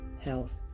health